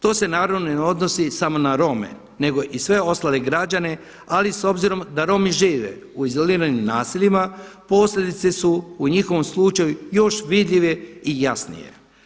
To se naravno ne odnosi samo na Rome nego i sve ostale građane, ali s obzirom da Romi žive u izoliranim naseljima, posljedice su u njihovom slučaju još vidljivije i jasnije.